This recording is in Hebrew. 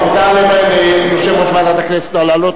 הודעת הממשלה בדבר העברת סמכויות משר הפנים לשר לביטחון פנים נתקבלה.